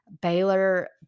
Baylor